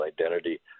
identity